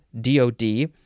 D-O-D